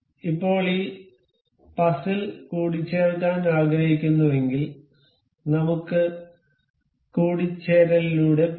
ഇപ്പോൾ ഈ പസിൽ കൂട്ടിച്ചേർക്കാൻ ആഗ്രഹിക്കുന്നുവെങ്കിൽ നമുക്ക് കൂടിച്ചേരലിലൂടെ പോകാം